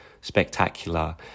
spectacular